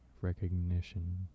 recognition